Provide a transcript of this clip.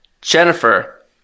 Jennifer